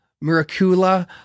Miracula